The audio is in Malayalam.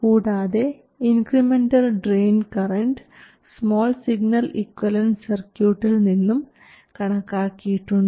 കൂടാതെ incremental drain current small signal equivalent സർക്യൂട്ടിൽ നിന്നും കണക്കാക്കിയിട്ടുണ്ട്